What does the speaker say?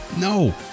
No